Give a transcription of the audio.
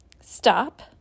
stop